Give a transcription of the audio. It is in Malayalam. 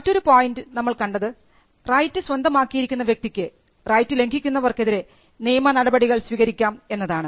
മറ്റൊരു പോയിൻറ് നമ്മൾ കണ്ടത് റൈറ്റ് സ്വന്തമാക്കിയിരിക്കുന്ന വ്യക്തിക്ക് റൈറ്റ് ലംഘിക്കുന്നവർക്കെതിരെ നിയമനടപടികൾ സ്വീകരിക്കാം എന്നതാണ്